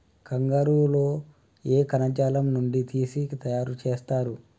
కంగారు లో ఏ కణజాలం నుండి తీసి తయారు చేస్తారు?